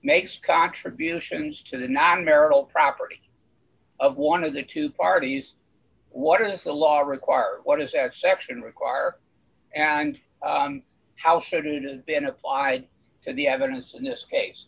makes contributions to the non marital property of one of the two parties what is the law required what is that section require and how should it has been applied to the evidence in this case